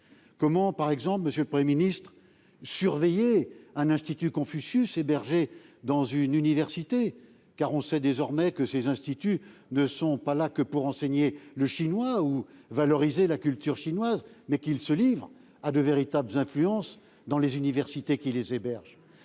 comment, par exemple, surveiller un institut Confucius hébergé dans une université ? On sait désormais que ces instituts ne sont pas là uniquement pour enseigner le chinois ou valoriser la culture chinoise, mais qu'ils se livrent à de véritables exercices d'influence dans les universités qui les hébergent.